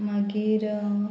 मागीर